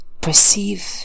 perceive